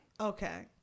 Okay